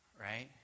right